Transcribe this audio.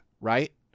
right